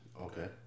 Okay